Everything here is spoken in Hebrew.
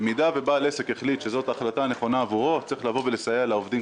במידה ובעל עסק החליט שזו החלטה נכונה עבורו צריך לסייע לעובדים,